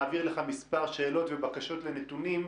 נעביר אליך מספר שאלות ובקשות לנתונים.